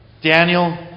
Daniel